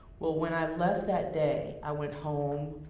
well, when i left that day, i went home.